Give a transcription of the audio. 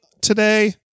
today